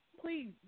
Please